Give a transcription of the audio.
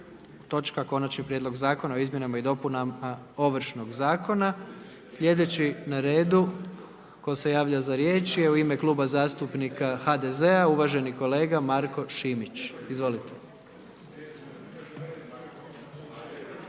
o Konačnom prijedlogu zakona o izmjenama i dopunama Ovršnog zakona **Jandroković, Gordan (HDZ)** Sljedeći na redu tko se javlja za riječ je u ime Kluba zastupnika HDZ-a, uvaženi kolega Marko Šimić. Izvolite.